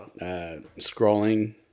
scrolling